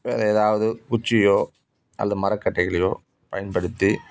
வேற ஏதாவது குச்சியோ அல்லது மரக்கட்டைகளையோ பயன்படுத்தி